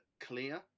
clear